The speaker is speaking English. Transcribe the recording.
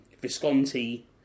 Visconti